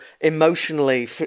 emotionally